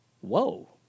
Whoa